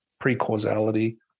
pre-causality